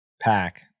pack